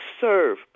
serve